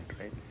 right